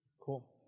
Cool